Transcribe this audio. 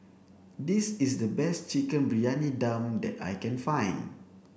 this is the best chicken briyani dum that I can find